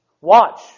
Watch